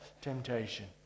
temptation